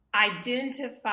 Identify